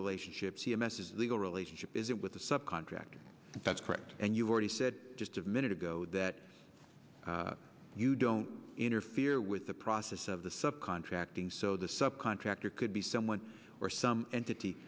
relationship c m s is legal relationship is it with a subcontractor that's correct and you've already said just a minute ago that you don't interfere with the process of the sub contracting so the subcontractor could be someone or some entity